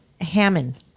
Hammond